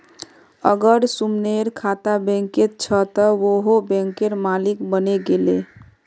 अगर सुमनेर खाता बैंकत छ त वोहों बैंकेर मालिक बने गेले